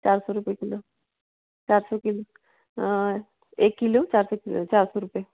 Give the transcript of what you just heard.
चार सौ रुपये किलो चार सौ रुपये की एक किलो चार सौ रुपये में चार सौ रुपये